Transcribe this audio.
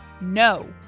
No